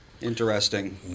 Interesting